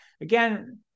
Again